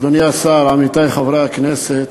אדוני השר, עמיתי חברי הכנסת,